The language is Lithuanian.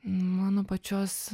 mano pačios